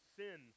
sin